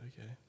okay